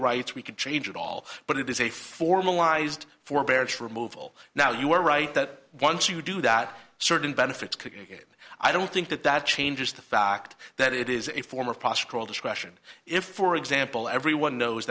rights we could change at all but it is a formalized forbearance removal now you are right that once you do that certain benefits could get i don't think that that changes the fact that it is a form of possible discretion if for example everyone knows